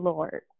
Lord